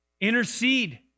intercede